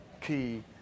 key